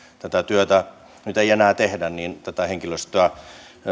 tätä työtä nyt ei enää tehdä tätä henkilöstöä